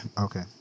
okay